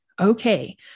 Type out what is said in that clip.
okay